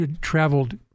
traveled